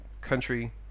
country